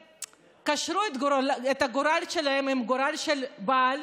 קשרו את הגורל שלהן עם הגורל של הבעל